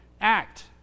act